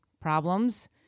problems